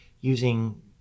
using